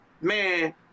Man